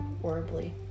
horribly